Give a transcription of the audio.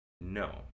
No